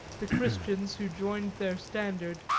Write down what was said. the christians who joined their standard,